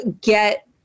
get